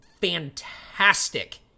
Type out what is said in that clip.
fantastic